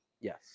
Yes